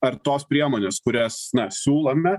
ar tos priemonės kurias siūlome